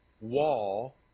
wall